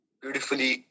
beautifully